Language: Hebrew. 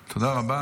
תודה רבה.